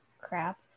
Crap